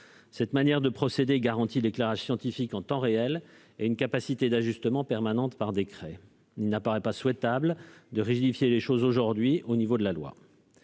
cette manière de procéder d'éclairage scientifique en temps réel et une capacité d'ajustement permanente par décret, il n'apparaît pas souhaitable de rigidifier les choses aujourd'hui au niveau de la loi.